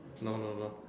no no no